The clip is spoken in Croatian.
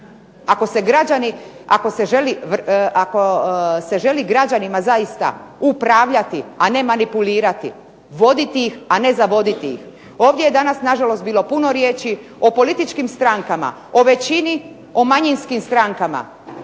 ako se želi građanima zaista upravljati, a ne manipulirati, voditi ih, a ne zavoditi ih. Ovdje je danas nažalost bilo puno riječi o političkim strankama, o većini, o manjinskim strankama,